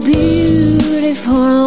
beautiful